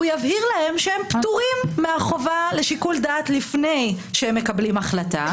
הוא יבהיר להם שהם פטורים מהחובה לשיקול דעת לפני שהם מקבלים החלטה,